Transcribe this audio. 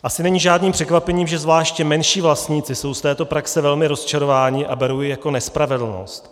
Asi není žádným překvapením, že zvláště menší vlastníci jsou z této praxe velmi rozčarováni a berou ji jako nespravedlnost.